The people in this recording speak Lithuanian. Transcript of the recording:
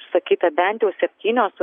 išsakyta bent jau septynios